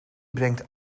brengt